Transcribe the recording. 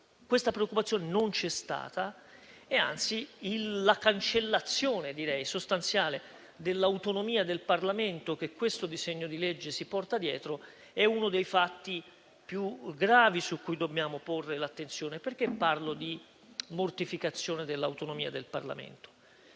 Questa preoccupazione non c'è stata e, anzi, la cancellazione - direi sostanziale - dell'autonomia del Parlamento che questo disegno di legge si porta dietro è uno dei fatti più gravi su cui dobbiamo porre l'attenzione. Perché parlo di mortificazione dell'autonomia del Parlamento?